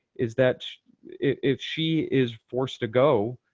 is that if she is forced to go,